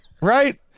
Right